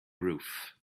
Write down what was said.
roof